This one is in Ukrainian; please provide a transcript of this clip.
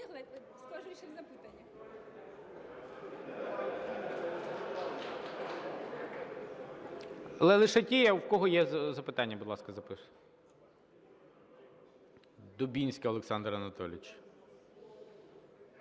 Дубінський Олександр Анатолійович.